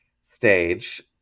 stage